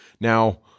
Now